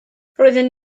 roeddwn